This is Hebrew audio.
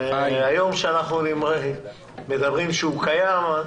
היום אנחנו אומרים שהוא קיים.